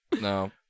No